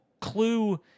clue